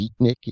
beatnik